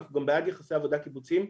אנחנו גם בעד יחסי עבודה קיבוציים.